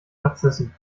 narzissen